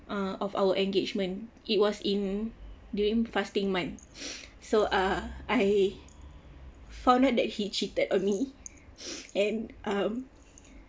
err of our engagement it was in during fasting month so err I found out that he cheated on me and um